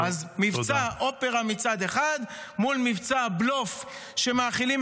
אז "מבצע אופרה" מצד אחד מול מבצע בלוף שמאכילים